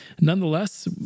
Nonetheless